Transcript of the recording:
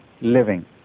living